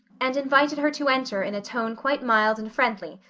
and invited her to enter in a tone quite mild and friendly,